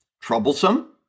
troublesome